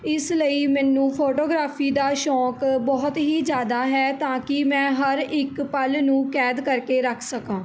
ਇਸ ਲਈ ਮੈਨੂੰ ਫੋਟੋਗ੍ਰਾਫੀ ਦਾ ਸ਼ੌਂਕ ਬਹੁਤ ਹੀ ਜ਼ਿਆਦਾ ਹੈ ਤਾਂ ਕਿ ਮੈਂ ਹਰ ਇੱਕ ਪਲ ਨੂੰ ਕੈਦ ਕਰਕੇ ਰੱਖ ਸਕਾਂ